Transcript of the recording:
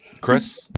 Chris